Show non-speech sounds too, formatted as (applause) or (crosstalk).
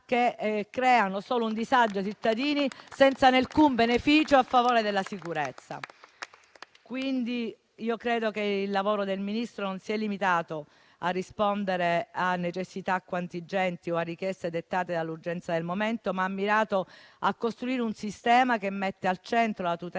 creando solo un disagio ai cittadini, senza alcun beneficio a favore della sicurezza. (applause) Credo quindi che il lavoro del Ministro non si sia limitato a rispondere a necessità contingenti o a richieste dettate dall'urgenza del momento, ma abbia mirato a costruire un sistema che mette al centro la tutela